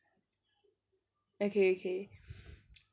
okay okay